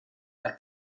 dal